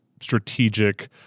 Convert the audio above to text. strategic